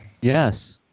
Yes